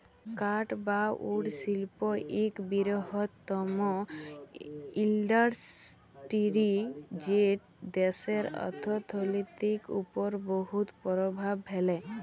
কাঠ বা উড শিল্প ইক বিরহত্তম ইল্ডাসটিরি যেট দ্যাশের অথ্থলিতির উপর বহুত পরভাব ফেলে